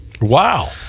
Wow